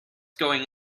going